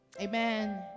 Amen